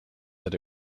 that